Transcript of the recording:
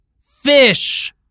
fish